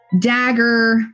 dagger